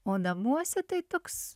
o namuose tai toks